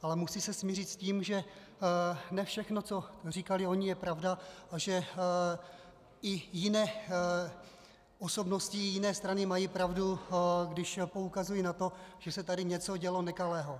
Ale musí se smířit s tím, že ne všechno, co říkali oni, je pravda a že i jiné osobnosti, i jiné strany mají pravdu, když poukazují na to, že se tady dělo něco nekalého.